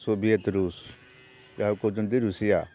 Soviet ରୁଷ ଯାହାକୁ କହୁଛନ୍ତି ରୁଷିଆ